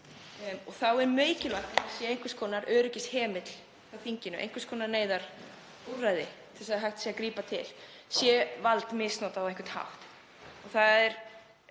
og þá er mikilvægt að það sé einhvers konar öryggishemill hjá þinginu, einhvers konar neyðarúrræði sem hægt er að grípa til, sé vald misnotað á einhvern hátt. Það er